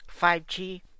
5G